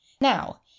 Now